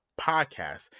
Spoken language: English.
Podcast